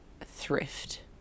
thrift